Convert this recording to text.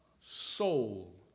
soul